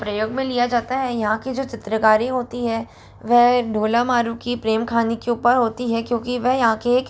प्रयोग में लिया जाता है यहाँ की जो चित्रकारी जो होती हैं वह ढोलामारु की प्रेम कहानी के ऊपर होती है क्योंकि वह यहाँ के एक